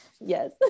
Yes